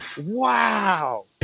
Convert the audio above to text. Wow